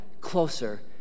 closer